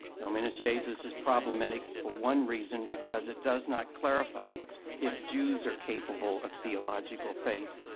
dominus yeah iesus is problematic for one reason, because it does not clarify if jews are capable of theological faith,